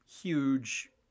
huge